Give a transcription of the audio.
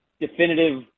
definitive